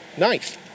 Nice